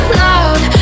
loud